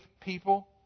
people